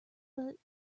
but